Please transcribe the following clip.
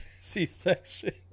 C-section